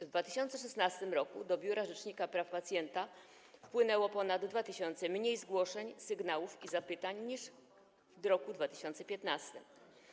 W 2016 r. do Biura Rzecznika Praw Pacjenta wpłynęło ponad 2 tys. mniej zgłoszeń, sygnałów i zapytań niż w roku 2015.